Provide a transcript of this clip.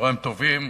צהריים טובים,